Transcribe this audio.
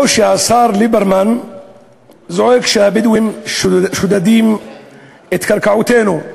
או שהשר ליברמן זועק ש"הבדואים שודדים את קרקעותינו".